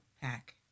pack